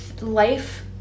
life